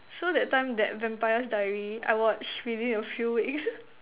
so that time that Vampire Diaries I watch within few weeks